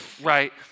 right